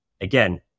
again